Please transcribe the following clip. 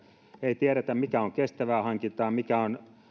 ei tiedetä mikä on kestävää hankintaa ja mikä on